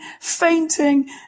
fainting